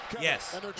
Yes